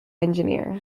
engineer